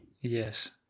Yes